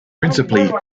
principally